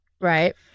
Right